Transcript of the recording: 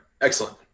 Excellent